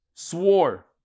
Swore